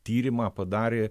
tyrimą padarė